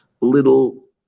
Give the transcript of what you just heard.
little